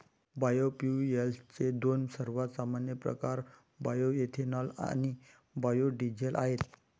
बायोफ्युएल्सचे दोन सर्वात सामान्य प्रकार बायोएथेनॉल आणि बायो डीझेल आहेत